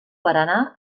paranà